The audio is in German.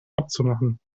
abzumachen